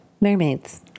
mermaids